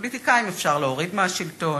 פוליטיקאים אפשר להוריד מהשלטון.